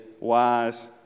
wise